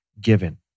given